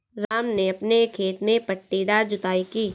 राम ने अपने खेत में पट्टीदार जुताई की